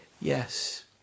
yes